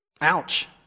Ouch